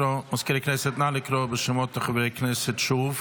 מזכיר הכנסת, נא לקרוא שוב בשמות חברי הכנסת.